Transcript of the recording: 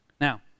Now